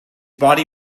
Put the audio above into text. body